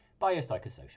Biopsychosocial